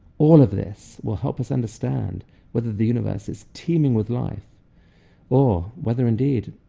all of this will help us understand whether the universe is teeming with life or whether, indeed,